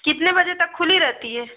कितने बजे तक खुली रहती है